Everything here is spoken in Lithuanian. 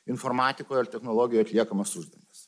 informatikoj ar technologijoj atliekamus uždavinius